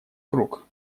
круг